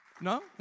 No